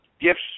gifts